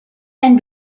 and